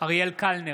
אריאל קלנר,